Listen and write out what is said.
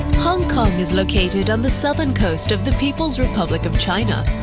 hong kong is located on the southern coast of the peoples republic of china.